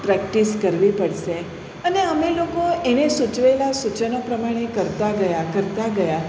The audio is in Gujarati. પ્રેક્ટિસ કરવી પડશે અને અમે લોકો એને સૂચવેલા સૂચનો પ્રમાણે કરતા ગયા કરતા ગયા